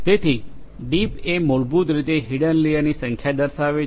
તેથી ડીપ એ મૂળભૂત રીતે હિડન લેયરની સંખ્યા દર્શાવે છે